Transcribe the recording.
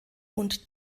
und